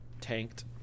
Tanked